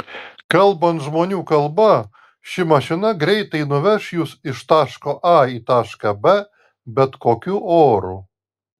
kalbant žmonių kalba ši mašina greitai nuveš jus iš taško a į tašką b bet kokiu oru